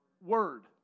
word